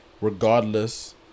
regardless